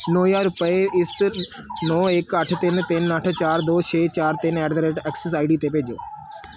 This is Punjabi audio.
ਨੌਂ ਹਜ਼ਾਰ ਰੁਪਏ ਇਸ ਨੌਂ ਇੱਕ ਅੱਠ ਤਿੰਨ ਤਿੰਨ ਅੱਠ ਚਾਰ ਦੋ ਛੇ ਚਾਰ ਤਿੰਨ at the rate Axis I D 'ਤੇ ਭੇਜੋ